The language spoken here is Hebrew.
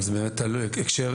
אבל זה תלוי הקשר.